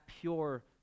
pure